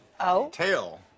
tail